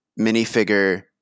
minifigure